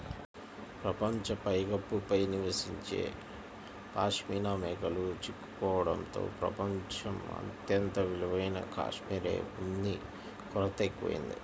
ప్రపంచ పైకప్పు పై నివసించే పాష్మినా మేకలు చిక్కుకోవడంతో ప్రపంచం అత్యంత విలువైన కష్మెరె ఉన్ని కొరత ఎక్కువయింది